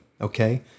okay